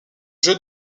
jeux